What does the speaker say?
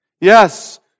yes